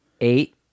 eight